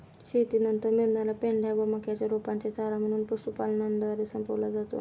शेतीनंतर मिळणार्या पेंढ्या व मक्याच्या रोपांचे चारा म्हणून पशुपालनद्वारे संपवला जातो